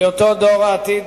בהיותו דור העתיד